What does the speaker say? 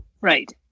right